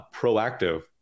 proactive